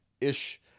ish